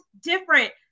different